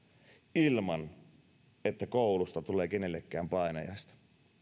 ilman että koulusta tulee kenellekään painajaista